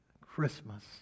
Christmas